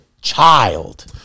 child